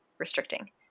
restricting